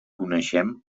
coneixem